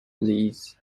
lees